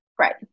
Right